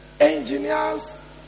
engineers